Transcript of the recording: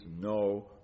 no